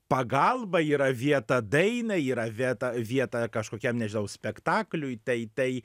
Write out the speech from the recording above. pagalbai yra vieta dainai yra vieta vieta kažkokiam nežinau spektakliui tai tai